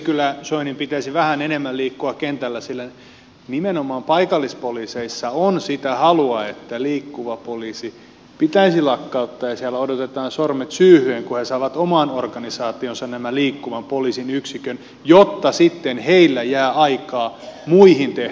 kyllä soinin pitäisi vähän enemmän liikkua kentällä sillä nimenomaan paikallispoliiseissa on sitä halua että liikkuva poliisi pitäisi lakkauttaa ja siellä odotetaan sormet syyhyten kun he saavat omaan organisaatioonsa tämän liikkuvan poliisin yksikön jotta sitten heillä jää aikaa muihin tehtäviin